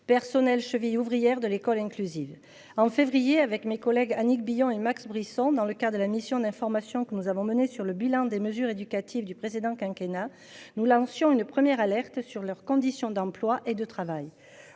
personnel, cheville ouvrière de l'école inclusive en février avec mes collègues Annick Billon et Max Brisson. Dans le cas de la mission d'information que nous avons menées sur le bilan des mesures éducatives du précédent quinquennat nous lancions une première alerte sur leur conditions d'emploi et de travail